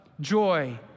joy